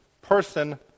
person